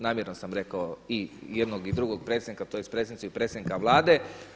Namjerno sam rekao i jednog i drugog predsjednika, tj. predsjednice i predsjednika Vlade.